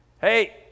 Hey